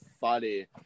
funny